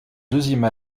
deuxième